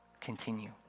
continue